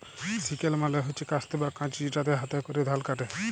sickle মালে হচ্যে কাস্তে বা কাঁচি যেটাতে হাতে ক্যরে ধাল কাটে